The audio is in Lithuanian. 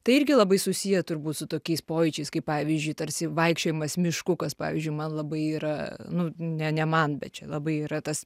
tai irgi labai susiję turbūt su tokiais pojūčiais kaip pavyzdžiui tarsi vaikščiojimas mišku kas pavyzdžiui man labai yra nu ne ne man bet čia labai yra tas